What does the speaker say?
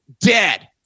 dead